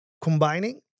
combining